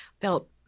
felt